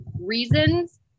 reasons